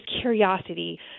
curiosity